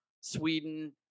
Sweden